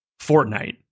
Fortnite